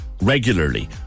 regularly